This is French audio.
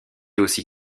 aussi